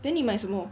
then 你买什么